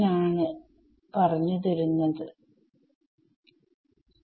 നമ്മൾ നോക്കാൻ പോവുന്ന സ്ഥിരത മാനദണ്ഡം വളരെ ലളിതമാണ്